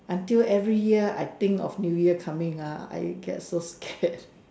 until every year I think of new year coming ah I get so scared